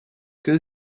que